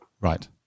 right